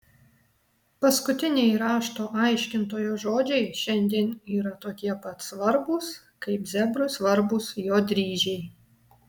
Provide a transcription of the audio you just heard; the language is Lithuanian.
paskutiniai rašto aiškintojo žodžiai šiandien yra tokie pat svarbūs kaip zebrui svarbūs jo dryžiai